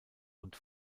und